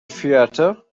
theater